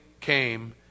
came